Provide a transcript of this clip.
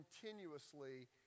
continuously